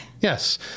Yes